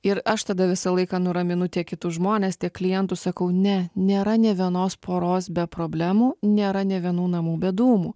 ir aš tada visą laiką nuraminu tiek kitus žmones tiek klientus sakau ne nėra nė vienos poros be problemų nėra nė vienų namų be dūmų